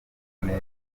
neza